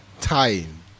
time